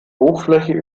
hochfläche